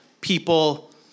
people